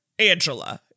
Angela